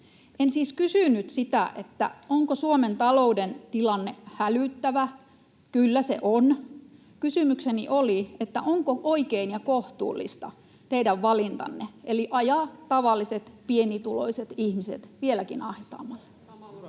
En siis kysynyt sitä, onko Suomen talouden tilanne hälyttävä — kyllä se on. Kysymykseni oli: onko oikein ja kohtuullista teidän valintanne eli ajaa tavalliset, pienituloiset ihmiset vieläkin ahtaammalle?